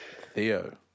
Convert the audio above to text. Theo